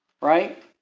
Right